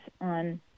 on